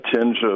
tinge